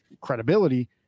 credibility